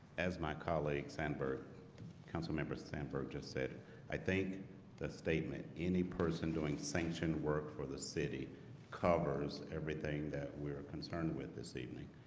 as my colleague sandburg councilmember sandberg just said i think the statement any person doing sanctioned work for the city covers everything that we are concerned with this evening.